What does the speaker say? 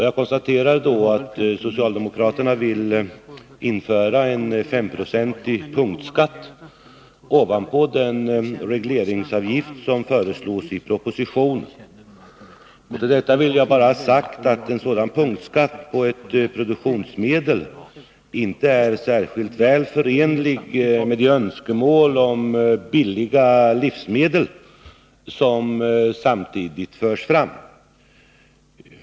Jag konstaterar då att socialdemokraterna vill införa en S5-procentig punktskatt ovanpå den regleringsavgift som föreslås i propositionen. Till detta vill jag bara ha sagt att en punktskatt på ett produktionsmedel inte är särskilt väl förenlig med det önskemål om billiga livsmedel som samtidigt förs fram.